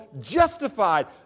justified